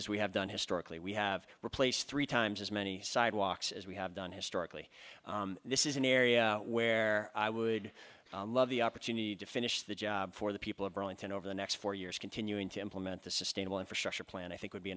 as we have done historically we have replaced three times as many sidewalks as we have done historically this is an area where i would love the opportunity to finish the job for the people of burlington over the next four years continuing to implement the sustainable infrastructure plan i think would be